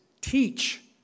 teach